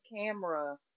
camera